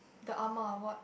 the ah-ma what